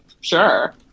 sure